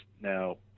Now